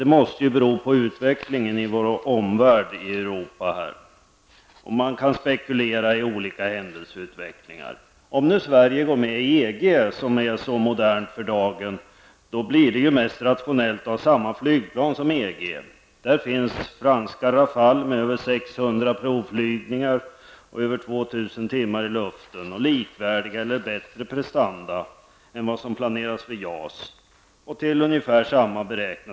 Det måste bero på utvecklingen i vår omvärld om JAS-planet behövs. Man kan spekulera i olika händelseförlopp. Om Sverige går med i EG, vilket för dagen tycks vara så populärt, blir det mest rationellt att ha samma flygplan som finns inom EG. Det är franska Rafale med över 600 provflygningar och mer än 2 000 timmar i luften. Det planet har likvärdiga eller t.o.m. bättre prestanda än de som planeras för JAS och priset är ungefär detsamma.